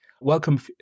Welcome